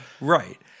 Right